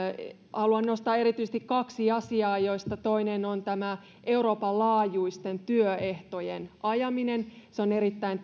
haluan nostaa erityisesti kaksi asiaa joista toinen on euroopan laajuisten työehtojen ajaminen se on erittäin